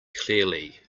clearly